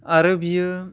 आरो बियो